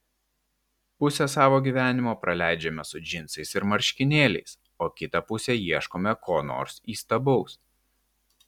pusę savo gyvenimo praleidžiame su džinsais ir marškinėliais o kitą pusę ieškome ko nors įstabaus